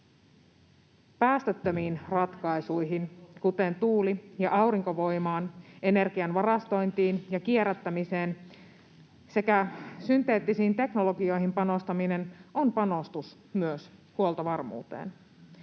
Päästöttömiin ratkaisuihin, kuten tuuli- ja aurinkovoimaan, energian varastointiin ja kierrättämiseen sekä synteettisiin teknologioihin, panostaminen on panostus myös huoltovarmuuteen.